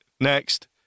Next